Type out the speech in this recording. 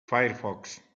firefox